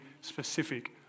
specific